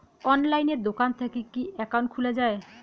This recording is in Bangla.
অনলাইনে দোকান থাকি কি একাউন্ট খুলা যায়?